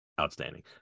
Outstanding